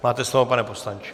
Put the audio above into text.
Máte slovo, pane poslanče.